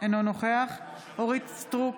אינו נוכח אורית מלכה סטרוק,